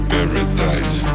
Paradise